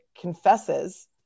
confesses